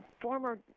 former